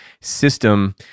system